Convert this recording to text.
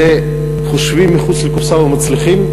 חושבים מחוץ לקופסה ומצליחים.